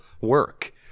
work